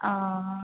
ओ